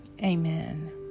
Amen